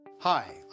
Hi